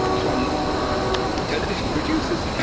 from television producers,